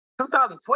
2012